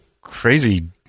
crazy